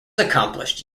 accomplished